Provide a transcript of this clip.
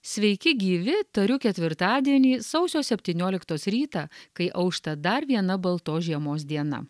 sveiki gyvi tariu ketvirtadienį sausio septynioliktos rytą kai aušta dar viena baltos žiemos diena